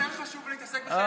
לי יותר חשוב להתעסק בחיי אדם.